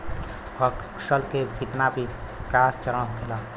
फसल के कितना विकास चरण होखेला?